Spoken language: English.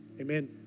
Amen